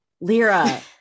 Lyra